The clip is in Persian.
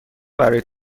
برای